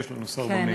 יש לנו שר במליאה.